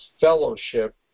fellowship